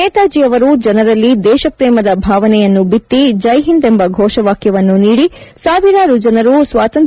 ನೇತಾಜಿ ಅವರು ಜಿನರಲ್ಲಿ ದೇಶಪ್ರೇಮದ ಭಾವನೆಯನ್ನು ಬಿತ್ತಿ ಜೈ ಹಿಂದ್ ಎಂಬ ಘೋಷವಾಕ್ಯವನ್ನು ನೀಡಿ ಸಾವಿರಾರು ಜನರು ಸ್ವಾತಂತ್ರ